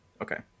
Okay